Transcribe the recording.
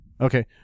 Okay